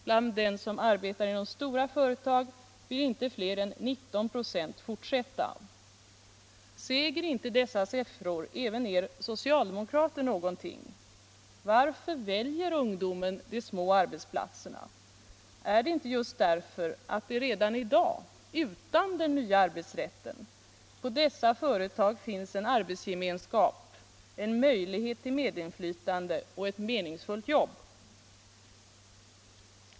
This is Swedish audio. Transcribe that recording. Bland dem som arbetar inom stora företag vill inte fler än 19 ".» fortsätta. Säger inte dessa siffror även er socialdemokrater någonting? Varför väljer ungdomen de små arbetsplatserna? Är det inte just därför att det redan i dag, utan den nya arbetsrätten, på dessa företag finns en arbetsgemenskap, en möjlighet till medinflytande och ett meningsfullt jobb.